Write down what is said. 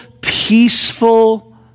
peaceful